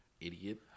idiot